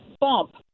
bump